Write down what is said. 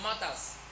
matters